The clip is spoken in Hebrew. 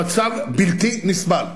למצב בלתי נסבל.